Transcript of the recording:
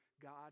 God